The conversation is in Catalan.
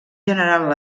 general